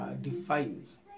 defines